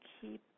keep